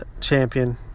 champion